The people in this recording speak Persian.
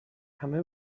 همه